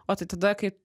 o tai tada kai